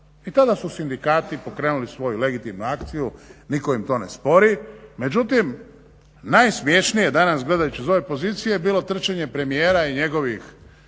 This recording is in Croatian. I tada su sindikati pokrenuli svoju legitimnu akciju, nitko im to ne spori. Međutim najsmješnije je, danas gledajući iz ove pozicije, bilo trčanje premijera i njegovih